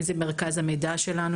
אם זה מרכז המידע שלנו,